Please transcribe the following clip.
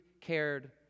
cared